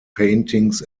paintings